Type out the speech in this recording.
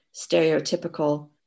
stereotypical